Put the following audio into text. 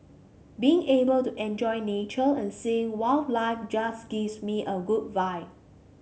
being able to enjoy nature and seeing wildlife just gives me a good vibe